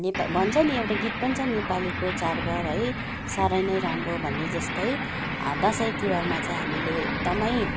भन्छ नि एउटा गीत पनि छ नि नेपालीको चाड बाड है साह्रै नै राम्रो भने जस्तै दसैँ तिहारमा चाहिँ हामीले एकदमै